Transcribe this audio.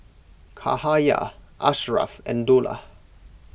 Cahaya Ashraff and Dollah